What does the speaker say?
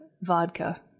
vodka